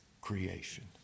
creation